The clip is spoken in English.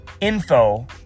info